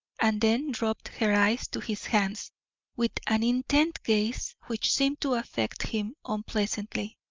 and then dropped her eyes to his hands with an intent gaze which seemed to affect him unpleasantly,